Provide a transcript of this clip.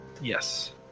Yes